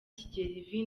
kigeli